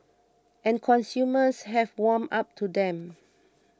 and consumers have warmed up to them